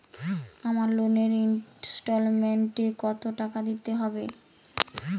আমার লোনের ইনস্টলমেন্টৈ কত টাকা দিতে হবে?